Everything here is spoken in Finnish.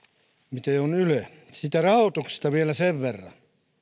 miten on yle siitä rahoituksesta vielä sen verran